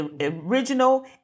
original